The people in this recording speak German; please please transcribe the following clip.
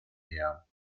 her